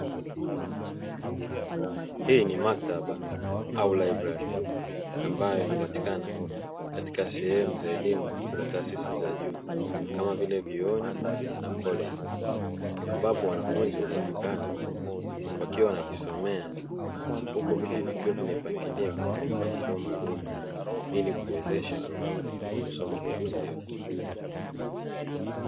Hii ni makataba au "library" ambayo inapatikana katika sehemu za elimu za taasisi za juu kama vile vyuoni na "collage", ambapo wanafunzi wanaonekana wakiwa wanajisomea huku viti vikiwa vimepangiliwa kwa mpangilio maalumu ili kuwezesha wanafunzi kusoma kwa utulivu.